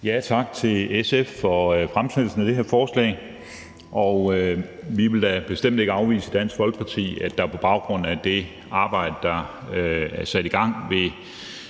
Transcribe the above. Tak til SF for fremsættelsen af det her forslag. Vi i Dansk Folkeparti vil da bestemt ikke afvise, at der på baggrund af det arbejde, der er sat i gang, vil